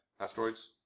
Asteroids